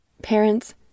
Parents